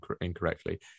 incorrectly